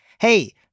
Hey